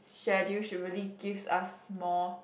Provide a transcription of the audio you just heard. schedule should really gives us more